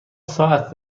ساعت